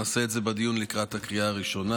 נעשה את זה בדיון לקראת הקריאה הראשונה.